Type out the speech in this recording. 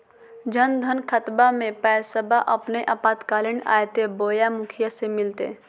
जन धन खाताबा में पैसबा अपने आपातकालीन आयते बोया मुखिया से मिलते?